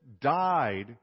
died